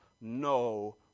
no